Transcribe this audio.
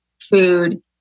food